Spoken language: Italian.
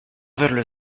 averlo